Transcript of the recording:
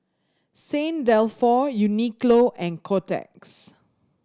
Saint Dalfour Uniqlo and Kotex